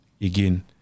again